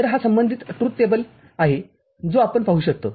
तर हा संबंधित ट्रुथ टेबल आहे जो आपण पाहु शकतो